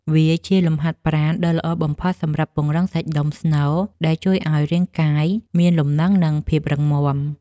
វាជាលំហាត់ប្រាណដ៏ល្អបំផុតសម្រាប់ពង្រឹងសាច់ដុំស្នូល ដែលជួយឱ្យរាងកាយមានលំនឹង និងភាពរឹងមាំ។